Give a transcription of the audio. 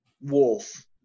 wolf